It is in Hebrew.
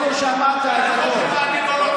אתה אומר לי בעצם שאתה לא רוצה להצביע,